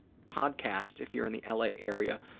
podcast if you're in the l. a. area